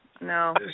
no